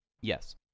Yes